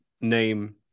name